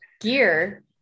gear